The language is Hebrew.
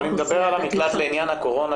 אני מדבר על המקלט לעניין הקורונה,